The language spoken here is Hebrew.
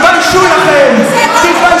תתביישו לכם.